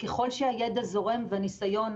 ככל שהידע זורם והניסיון,